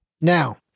Now